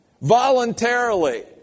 voluntarily